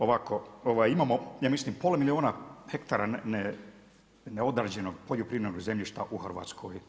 Ovako, imamo, ja mislim pola milijuna hektara neodrađenog poljoprivrednog zemljišta u Hrvatskoj.